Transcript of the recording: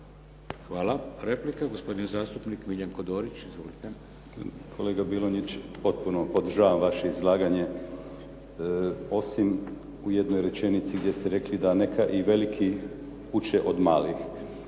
(HDZ)** Replika, gospodin zastupnik Miljenko Dorić. Izvolite. **Dorić, Miljenko (HNS)** Kolega Bilonjić, potpuno podržavam vaše izlaganje osim u jednoj rečenici gdje ste rekli da neka i veliki uče od malih.